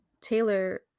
taylor